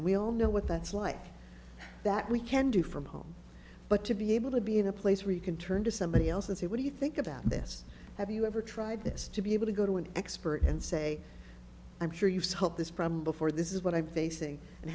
and we all know what that's like that we can do from home but to be able to be in a place where you can turn to somebody else and say what do you think about this have you ever tried this to be able to go to an expert and say i'm sure you've set up this problem before this is what i basing and